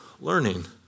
learning